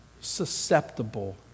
susceptible